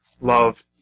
love